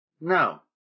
No